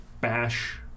bash